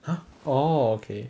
!huh! oh okay